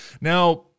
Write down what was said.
Now